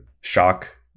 shock